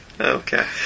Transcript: okay